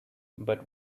but